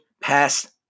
Pass